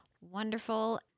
Wonderful